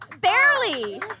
Barely